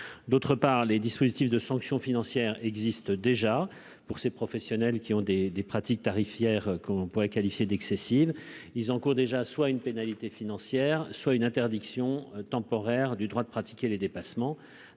d'autre part, les dispositifs de sanctions financières existent déjà pour ces professionnels qui ont des des pratiques tarifs hier qu'on pourrait qualifier d'excessives, ils encourent déjà soit une pénalité financière soit une interdiction temporaire du droit de pratiquer les dépassements,